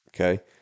Okay